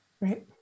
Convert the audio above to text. Right